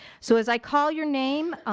so as i call your name,